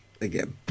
again